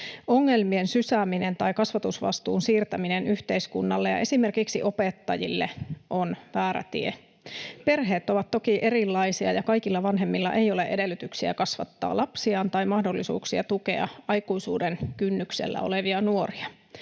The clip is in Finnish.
Ongelmien sysääminen tai kasvatusvastuun siirtäminen yhteiskunnalle ja esimerkiksi opettajille on väärä tie. Perheet ovat toki erilaisia, ja kaikilla vanhemmilla ei ole edellytyksiä kasvattaa lapsiaan tai mahdollisuuksia tukea aikuisuuden kynnyksellä olevia nuoria.